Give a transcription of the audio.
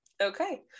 Okay